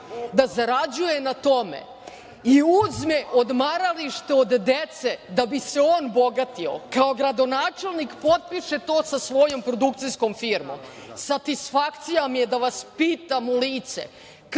da zarađuje na tome i uzme odmaralište od dece da bi se on bogatio, kao gradonačelnik potpiše to sa svojom produkcijskom firmom? Satisfakcija mi je da vas pitam u lice